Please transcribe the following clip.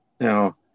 Now